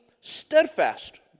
steadfast